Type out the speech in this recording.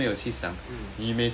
mm